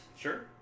Sure